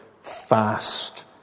fast